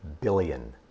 billion